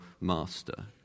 master